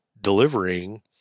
delivering